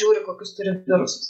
žiūri kokius turi virusus